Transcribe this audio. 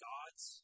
God's